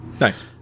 Nice